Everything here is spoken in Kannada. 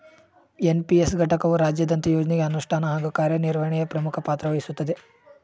ಎನ್.ಪಿ.ಎಸ್ ಘಟಕವು ರಾಜ್ಯದಂತ ಯೋಜ್ನಗೆ ಅನುಷ್ಠಾನ ಹಾಗೂ ಕಾರ್ಯನಿರ್ವಹಣೆಯ ಪ್ರಮುಖ ಪಾತ್ರವಹಿಸುತ್ತದೆ